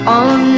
on